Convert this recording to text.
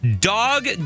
dog